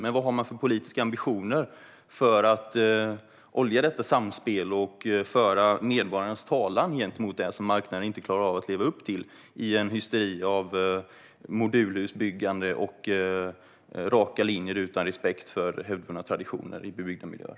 Men vilka politiska ambitioner har Moderaterna för att olja detta samspel och föra medborgarnas talan gentemot det som marknaden inte klarar av att leva upp till i en hysteri av modulhusbyggande och raka linjer utan respekt för hävdvunna traditioner i bebyggda miljöer?